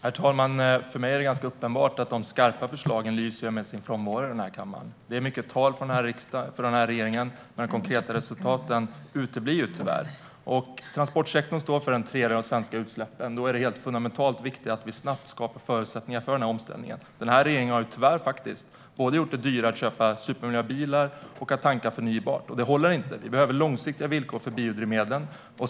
Fru talman! För mig är det uppenbart att de skarpa förslagen lyser med sin frånvaro i kammaren. Det är mycket tal från regeringen, men de konkreta resultaten uteblir. Transportsektorn står för en tredjedel av de svenska utsläppen. Då är det helt fundamentalt viktigt att vi snabbt skapar förutsättningar för omställningen. Regeringen har tyvärr gjort det dyrare att köpa supermiljöbilar och att tanka förnybart. Det håller inte. Det behövs långsiktiga villkor för biodrivmedlen.